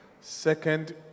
second